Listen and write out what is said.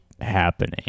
happening